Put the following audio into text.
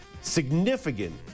significant